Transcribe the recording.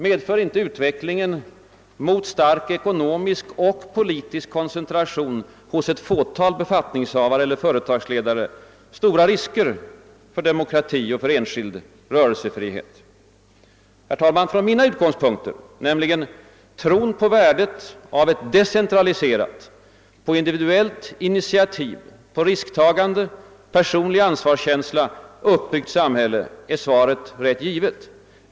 Medför inte utvecklingen mot stark ekonomisk och politisk koncentration hos ett fåtal befattningshavare eller företagsledare stora risker för demokrati och enskild rörelsefrihet? Herr talman! Från mina utgångspunkter — tron på värdet av ett decentraliserat, på individuellt initiativ, på risktagande, på personlig ansvarskänsla uppbyggt samhälle — är svaret rätt givet.